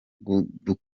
dutera